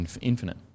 infinite